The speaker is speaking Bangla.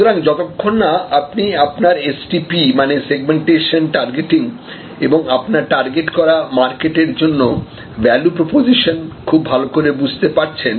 সুতরাং যতক্ষণ না আপনি আপনার STP মানে সেগমেন্টেশন টার্গেটিং এবং আপনার টার্গেট করা মার্কেটের জন্য ভ্যালু প্রপোজিসন খুব ভালো করে বুঝতে পারছেন